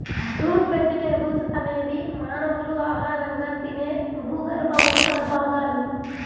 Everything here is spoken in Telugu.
రూట్ వెజిటేబుల్స్ అనేది మానవులు ఆహారంగా తినే భూగర్భ మొక్కల భాగాలు